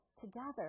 together